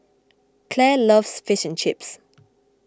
Clair loves Fish and Chips